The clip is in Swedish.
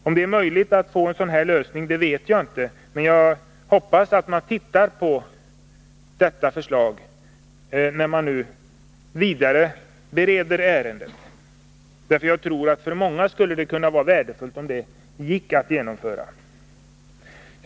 Om det är möjligt att få till stånd en sådan lösning vet jag inte, men jag hoppas att man tittar på detta förslag när man nu vidarebereder ärendet. Jag tror att det för många skulle vara värdefullt om det gick att genomföra.